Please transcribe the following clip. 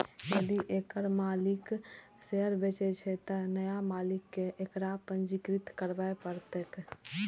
यदि एकर मालिक शेयर बेचै छै, तं नया मालिक कें एकरा पंजीकृत करबय पड़तैक